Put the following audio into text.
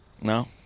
No